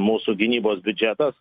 mūsų gynybos biudžetas